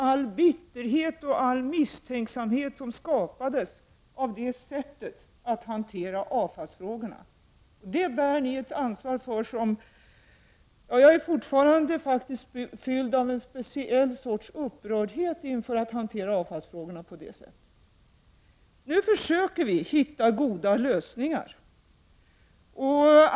All bitterhet och misstänksamhet som var en följd av det sätt på vilket avfallsfrågorna hanterades bär ni ett ansvar för, och jag är fortfarande fylld av en speciell sorts upprördhet över ert sätt att hantera avfallsfrågorna. Nu försöker vi att finna goda lösningar.